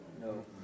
No